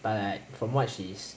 but like from what she's